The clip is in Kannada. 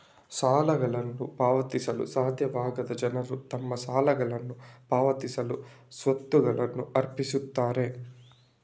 ಸಾಲಗಳನ್ನು ಪಾವತಿಸಲು ಸಾಧ್ಯವಾಗದ ಜನರು ತಮ್ಮ ಸಾಲಗಳನ್ನ ಪಾವತಿಸಲು ಸ್ವತ್ತುಗಳನ್ನ ಅರ್ಪಿಸುತ್ತಾರೆ